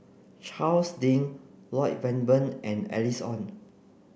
Charles Lloyd Valberg and Alice Ong